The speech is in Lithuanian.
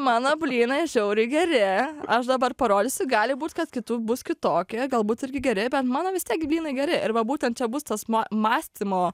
mano blynai žiauriai geri aš dabar parodysiu gali būt kad kitų bus kitokie galbūt irgi geri bet mano vis tiek blynai geri ir va būtent čia bus tas ma mąstymo